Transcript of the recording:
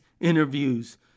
interviews